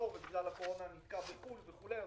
בראשונה ובשנייה אין בעיה, ובשלישית